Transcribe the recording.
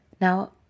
Now